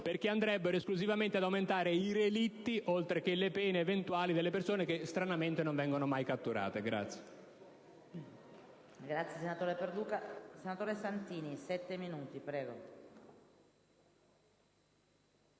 perché andrebbero esclusivamente ad aumentare i relitti, oltre che le pene eventuali delle persone che stranamente non vengono mai catturate.